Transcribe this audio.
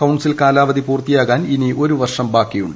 council കാലാവധി പൂർത്തിയാകാൻ ഇനി ഒരു വർഷം ബാക്കിയുണ്ട്